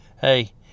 hey